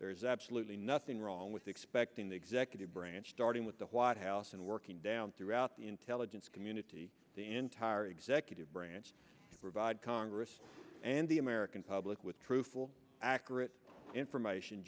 there is absolutely nothing wrong with expecting the executive branch starting with the white house and working down throughout the intelligence community the entire executive branch provide congress and the american public with truthful accurate information